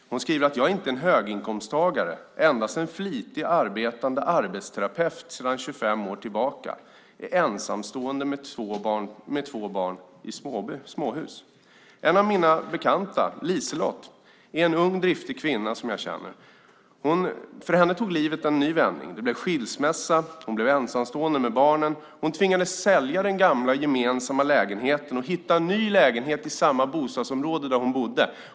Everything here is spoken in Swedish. Hon skriver: Jag är inte en höginkomsttagare, endast en flitig arbetande arbetsterapeut sedan 25 år tillbaka. Är ensamstående med två barn i småhus. En av mina bekanta, Liselotte, är en ung och driftig kvinna. För henne tog livet en ny vändning. Det blev skilsmässa. Hon blev ensamstående med barnen. Hon tvingades sälja den gamla gemensamma lägenheten och hitta en ny lägenhet i samma bostadsområde som hon bodde i.